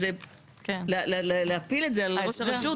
זה להפיל את זה על ראש הרשות,